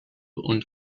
und